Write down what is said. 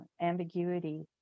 ambiguity